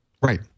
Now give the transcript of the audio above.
right